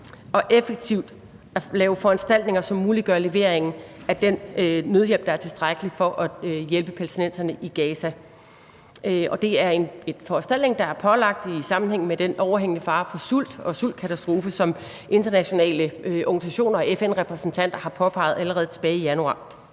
og effektivt at lave foranstaltninger, som muliggør levering af den nødhjælp, der er tilstrækkelig for at hjælpe palæstinenserne i Gaza. Det er foranstaltninger, der er pålagt i sammenhæng med den overhængende fare for sult og sultkatastrofe, som internationale organisationer og FN-repræsentanter har påpeget allerede tilbage i januar